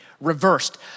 reversed